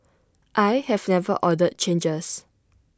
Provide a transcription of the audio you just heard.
I have never ordered changes